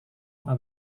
akan